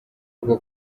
bwo